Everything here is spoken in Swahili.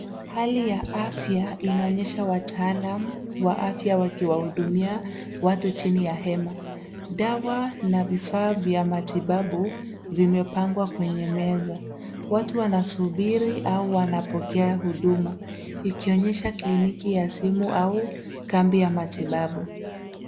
Hali ya afya inaonyesha wataalamu wa afya wakiwahudumia watu chini ya hema. Dawa na vifaa vya matibabu vimepangwa kwenye meza. Watu wanasubiri au wanapokea huduma, ikionyesha cliniki ya simu au kambi ya matibabu.